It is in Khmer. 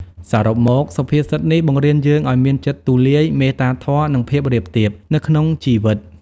សរុបមក សុភាសិតនេះបង្រៀនយើងឱ្យមានចិត្តទូលាយ មេត្តាធម៌ និងភាពរាបទាប នៅក្នុងជីវិត។